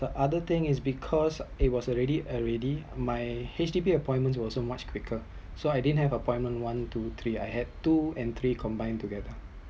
the other thing is because it was already already my HDB appointment was also much quicker so I didn’t have appointment one two three I had two and three combined together